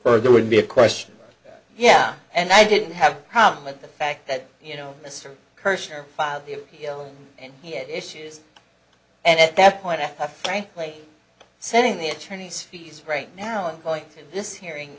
oh there would be a question yeah and i didn't have a problem with the fact that you know mr kirschner filed the appeal and he had issues and at that point a frankly sitting in the attorney's fees right now and going to this hearing